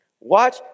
Watch